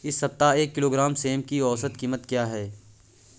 इस सप्ताह एक किलोग्राम सेम की औसत कीमत क्या है?